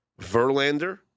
Verlander